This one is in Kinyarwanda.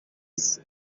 isi